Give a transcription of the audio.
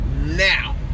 now